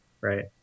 right